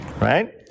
Right